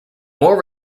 more